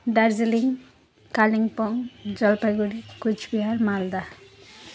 Darjeeling Kalimpong Jalpaiguri Cooch Behar Malda